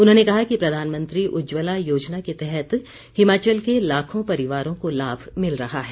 उन्होंने कहा कि प्रधानमंत्री उज्जवला योजना के तहत हिमाचल के लाखों परिवारों को लाभ मिल रहा है